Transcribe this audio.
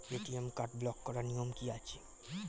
ATM card block করার নিয়ম কি আছে?